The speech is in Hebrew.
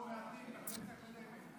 לא מעטים, בכנסת הקודמת.